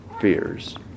fears